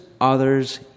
others